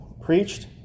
preached